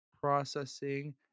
processing